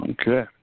Okay